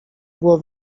było